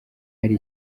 hari